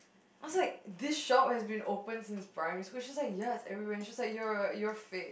I was like this shop has been open since primary school she's like yes every when she's like you're you're fake